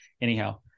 Anyhow